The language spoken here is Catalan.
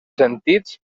sentits